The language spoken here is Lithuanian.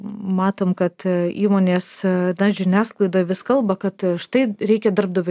matom kad įmonės na žiniasklaidoj vis kalba kad štai reikia darbdavio